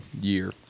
year